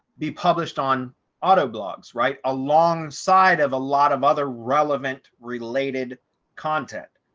be published on auto blogs right alongside of a lot of other relevant related content,